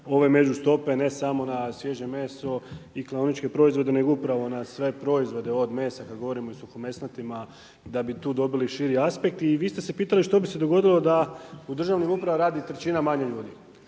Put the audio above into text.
ove među stope, ne samo na svježe meso i klaoničke proizvode, nego upravo na sve proizvode od mesa, kada govorimo i suhomesnatima, da bi tu dobili širi aspekt. I vi ste se pitali što bi se dogodilo da u državnim upravama radi trećina manje ljudi.